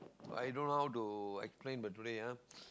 i don't how to explain but today ah